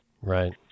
Right